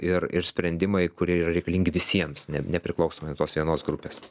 ir ir sprendimai kurie yra reikalingi visiems ne nepriklausomai nuo tos vienos grupės